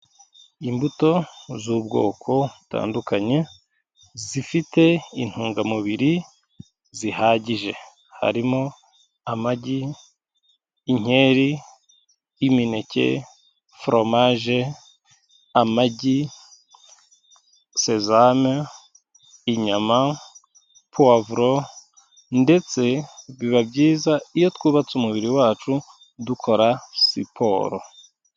Imbuto z'ubwoko butandukanye zifite intungamubiri zihagije harimo amagi, inkeri, imineke foromaje, amagi, sezame, inyama, puwavuro ndetse biba byiza iyo twubatse umubiri wacu dukora siporo.